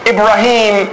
Ibrahim